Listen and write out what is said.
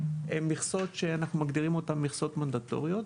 הן מכסות שאנחנו מגדירים אותן מכסות מנדטוריות.